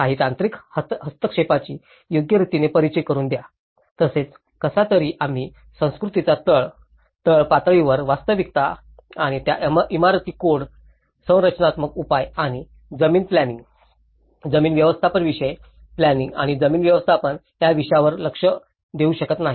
काही तांत्रिक हस्तक्षेपाची योग्यरितीने परिचय करुन द्या तसेच कसा तरी आम्ही संस्कृतींचा तळ तळ पातळीवरील वास्तविकता आणि त्या इमारती कोड संरचनात्मक उपाय आणि जमीन प्लॅनिंइंग जमीन व्यवस्थापन विषय प्लॅनिंइंग आणि जमीन व्यवस्थापन या विषयांवर लक्ष देऊ शकत नाही